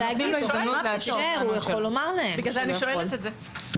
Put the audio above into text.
נותנים לו הזדמנות ל --- לכן אני שואלת את זה.